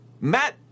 Matt